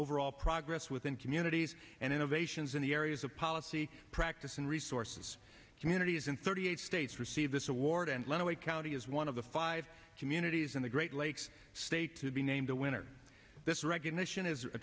overall progress within communities and innovations in the areas of policy practice and resources communities in thirty eight states receive this award and went to a county is one of the five communities in the great lakes state to be named a winner this recognition is a